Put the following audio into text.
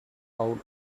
out